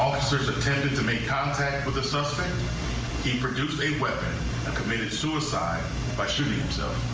officers attempted to make contact with the suspect he produced a weapon, and committed suicide by shooting himself.